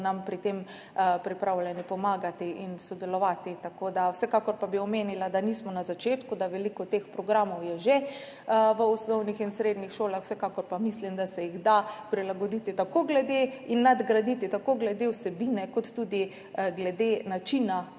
nam pri tem pripravljeni pomagati in sodelovati z nami. Vsekakor pa bi omenila, da nismo na začetku, da veliko teh programov je že v osnovnih in srednjih šolah, vsekakor pa mislim, da se jih da prilagoditi in nadgraditi tako glede vsebine kot tudi glede načina